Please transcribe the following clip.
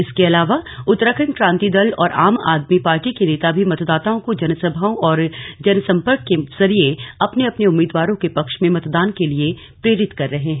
इसके अलावा उत्तराखंड क्रांति दल और आम आदमी पार्टी के नेता भी मतदाताओं को जनसभाओं और जनसंपर्क के जरिए अपने अपने उम्मीदवारों के पक्ष में मतदान के लिए प्रेरित कर रहे हैं